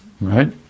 Right